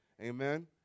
Amen